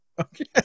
Okay